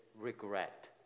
regret